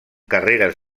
carreres